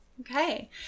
Okay